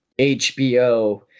hbo